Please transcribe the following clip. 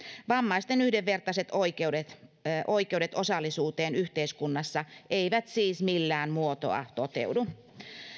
vammaisten yhdenvertaiset oikeudet oikeudet osallisuuteen yhteiskunnassa eivät siis millään muotoa toteudu